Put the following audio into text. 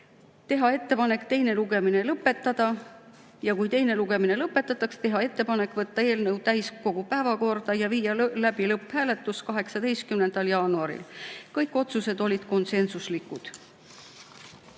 Teha ettepanek teine lugemine lõpetada ja kui teine lugemine lõpetatakse, teha ettepanek võtta eelnõu täiskogu päevakorda ja viia läbi lõpphääletus 18. jaanuaril. Kõik otsused olid konsensuslikud.